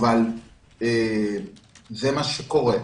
אבל זה מה שקורה.